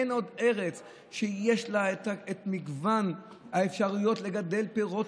אין עוד ארץ שיש לה את מגוון האפשרויות לגדל פירות,